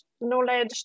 knowledge